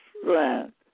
strength